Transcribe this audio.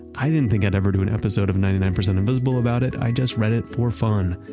i didn't think i'd ever do an episode of ninety nine percent invisible about it. i just read it for fun.